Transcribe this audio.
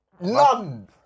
none